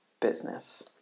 business